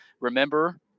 remember